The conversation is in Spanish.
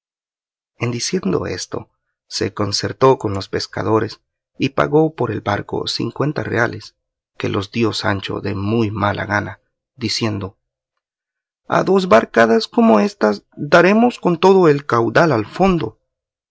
en diciendo esto se concertó con los pescadores y pagó por el barco cincuenta reales que los dio sancho de muy mala gana diciendo a dos barcadas como éstas daremos con todo el caudal al fondo